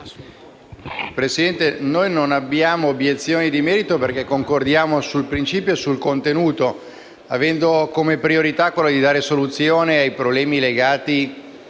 Presidente, noi non abbiamo obiezioni di merito perché concordiamo sul principio e sul contenuto, avendo come priorità quella di dare soluzione ai problemi legati